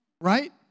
right